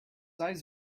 eyes